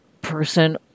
person